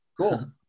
Cool